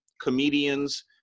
comedians